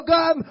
God